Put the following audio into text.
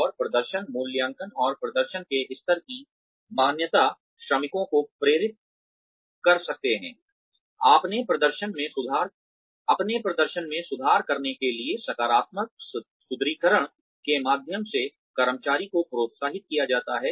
और प्रदर्शन मूल्यांकन और प्रदर्शन के स्तर की मान्यता श्रमिकों को प्रेरित कर सकते हैं अपने प्रदर्शन में सुधार करने के लिए सकारात्मक सुदृढीकरण के माध्यम से कर्मचारी को प्रोत्साहित किया जाता है